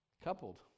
Coupled